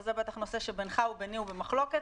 וזה בטח נושא שבינך וביני הוא במחלוקת,